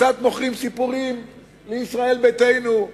קצת מוכרים סיפורים לישראל ביתנו,